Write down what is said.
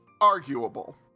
Arguable